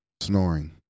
snoring